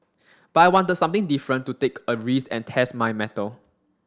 but I wanted something different to take a risk and test my mettle